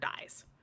dies